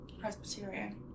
Presbyterian